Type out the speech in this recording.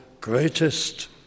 greatest